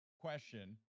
Question